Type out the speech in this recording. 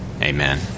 amen